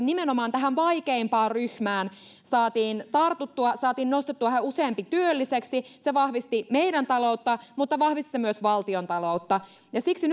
nimenomaan tähän vaikeimpaan ryhmään saatiin tartuttua saatiin nostettua yhä useampi työlliseksi se vahvisti meidän taloutta mutta vahvisti se myös valtiontaloutta siksi